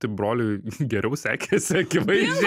tai broliui geriau sekėsi akivaizdžiai